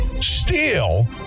steel